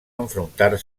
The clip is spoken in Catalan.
enfrontar